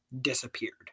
disappeared